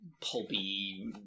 pulpy